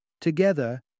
Together